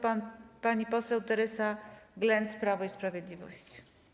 Pani poseł Teresa Glenc, Prawo i Sprawiedliwość.